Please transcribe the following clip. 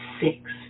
six